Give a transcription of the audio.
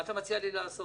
מה אתה מציע לי לעשות?